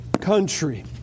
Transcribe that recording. country